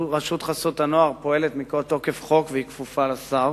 רשות חסות הנוער פועלת מתוקף חוק והיא כפופה לשר.